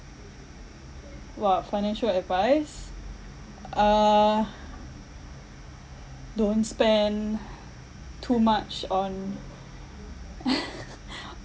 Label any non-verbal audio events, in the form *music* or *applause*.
!wah! financial advice uh don't spend too much on *laughs*